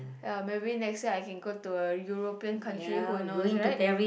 ya my way next year I can go to a European country who knows right